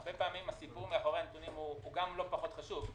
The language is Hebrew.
הרבה פעמים הסיפור מאחורי הנתונים גם לא פחות חשוב.